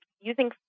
using